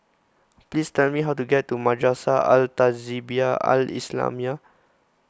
please tell me how to get to Madrasah Al Tahzibiah Al Islamiah